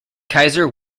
kaiser